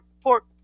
Pork